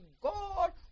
God